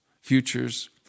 futures